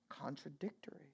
contradictory